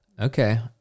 Okay